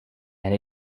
and